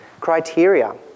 criteria